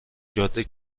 جاده